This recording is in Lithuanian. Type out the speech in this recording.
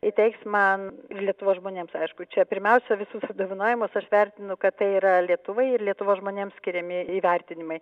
įteiks man lietuvos žmonėms aišku čia pirmiausia visus apdovanojimus aš vertinu kad tai yra lietuvai ir lietuvos žmonėms skiriami įvertinimai